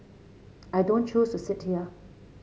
I don't choose to sit here